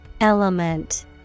Element